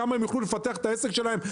כמה הם יוכלו לפתח את העסק שלהם?